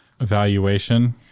evaluation